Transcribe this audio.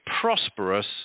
prosperous